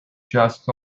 just